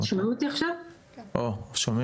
כולם